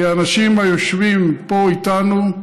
כי האנשים היושבים פה איתנו,